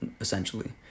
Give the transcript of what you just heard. essentially